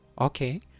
okay